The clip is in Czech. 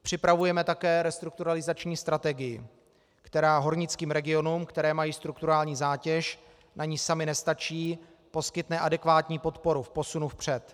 Připravujeme také restrukturalizační strategii, která hornickým regionům, které mají strukturální zátěž, na niž samy nestačí, poskytne adekvátní podporu v posunu vpřed.